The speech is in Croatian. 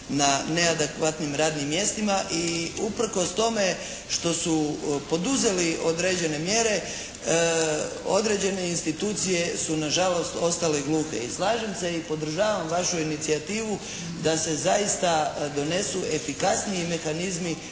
na neadekvatnim radnim mjestima i uprkos tome što su poduzeli određene mjere određene institucije su nažalost ostale gluhe. I slažem se i podržavam vašu inicijativu da se zaista donesu efikasniji mehanizmi